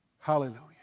Hallelujah